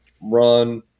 run